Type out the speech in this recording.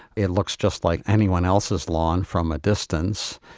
it looks just like anyone else's lawn from a distance,